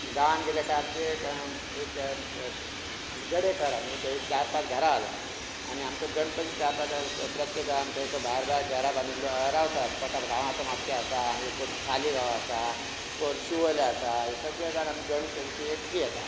गांवांन गेलें कांय आमचें एक एक आमी गडेकारा न्हू थंय चार पांच घरां आहात आमचीं आनी आमचो गणपती चार पांच प्रत्येक गांवांत खंय खंय भायर भायर घरां बांदिल्लो आहा रावतां आमीं पोटाक हांव आतां म्हापशा आसा आनी एक कोण तो सालिगांव आसा कोण शुवोले आसा सगळे जाण आमी गणेश चतुर्थीक एकठीं येता